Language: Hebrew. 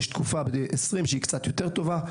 יש תקופה ב-2020 שהיא קצת יותר טובה,